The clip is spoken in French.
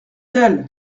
elle